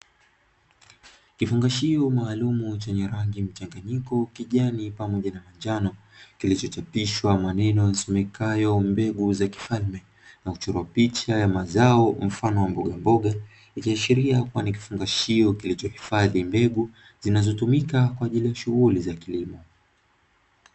Kifungashio maalumu chenye rangi mchanganyiko kijani, pamoja na manjano, kilichoshapishwa maneno yasomekayo mbegu za kifalme, na kuchorwa picha ya mazao mfano wa mbogamboga, ikiashiria kuwa ni kifungashio kilichohifadhi mbegu zinazotumika kwa ajili ya shughuli za kilimo.